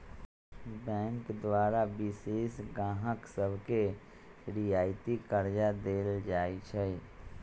bank द्वारा विशेष गाहक सभके रियायती करजा देल जाइ छइ